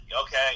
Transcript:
okay